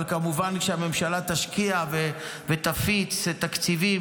אבל כמובן שהממשלה תשקיע ותפיץ תקציבים,